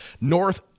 North